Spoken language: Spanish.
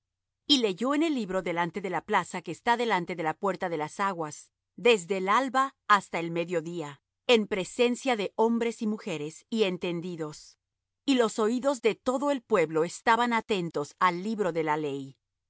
y leyó en el libro delante de la plaza que está delante de la puerta de las aguas desde el alba hasta el medio día en presencia de hombres y mujeres y entendidos y los oídos de todo el pueblo estaban atentos al libro de la ley